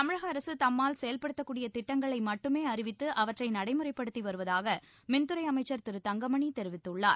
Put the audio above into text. தமிழக அரசு தம்மால் செயல்படுத்தக்கூடிய திட்டங்களை மட்டுமே அறிவித்து அவற்றை நடைமுறைப்படுத்தி வருவதாக மின்துறை அமைச்சர் திரு தங்கமணி தெரிவித்துள்ளார்